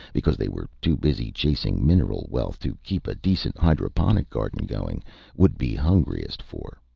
because they were too busy chasing mineral wealth to keep a decent hydroponic garden going would be hungriest for.